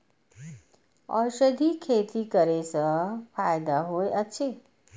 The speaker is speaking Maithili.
औषधि खेती करे स फायदा होय अछि?